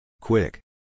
Quick